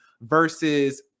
versus